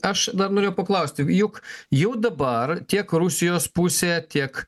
aš dar norėjau paklausti juk jau dabar tiek rusijos pusė tiek